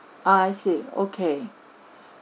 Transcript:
I see okay